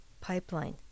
pipeline